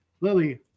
Lily